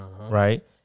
Right